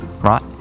right